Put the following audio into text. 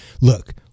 Look